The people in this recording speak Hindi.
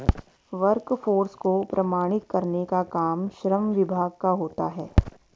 वर्कफोर्स को प्रमाणित करने का काम श्रम विभाग का होता है